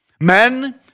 Men